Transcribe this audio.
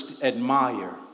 admire